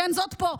זאת שפה,